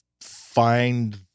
find